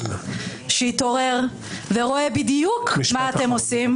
הוא התעורר ורואה בדיוק מה אתם עושים.